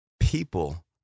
People